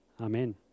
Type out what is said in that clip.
Amen